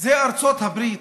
זה ארצות הברית.